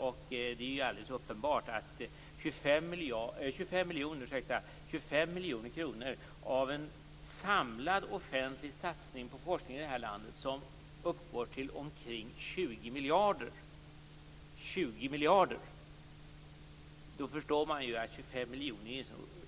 Och det är alldeles uppenbart att 25 miljoner kronor, av en samlad offentlig satsning på forskningen i det här landet på omkring 20 miljarder, är en